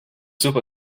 super